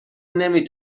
نمی